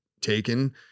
taken